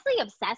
obsessed